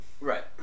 Right